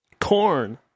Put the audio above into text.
Corn